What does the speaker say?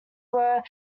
were